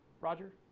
Roger